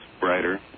brighter